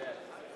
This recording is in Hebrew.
כן.